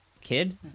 Kid